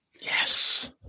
Yes